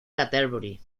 canterbury